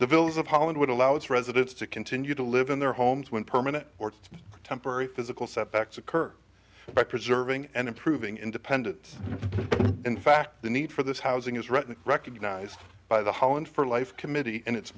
the villas of holland would allow its residents to continue to live in their homes when permanent or temporary physical setbacks occur by preserving and improving independence in fact the need for this housing is rightly recognized by the holland for life committee and it